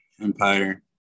Empire